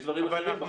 כן.